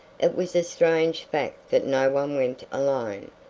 it was a strange fact that no one went alone.